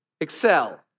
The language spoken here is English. excel